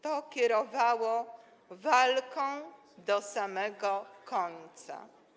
To kierowało walką do samego końca.